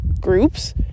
groups